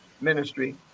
ministry